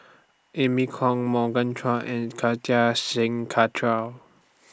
Amy Khor Morgan Chua and Kartar Singh